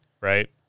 right